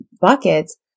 buckets